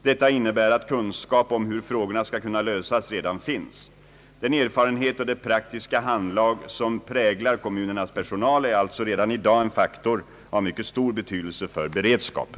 Detta innebär att kunskap om hur frågorna skall kunna lösas redan finns. Den erfarenhet och det praktiska handlag som präglar kommunernas personal är alltså redan i dag en faktor av mycket stor betydelse för beredskapen.